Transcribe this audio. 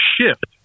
shift